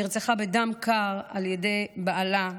היא נרצחה בדם קר על ידי בעלה.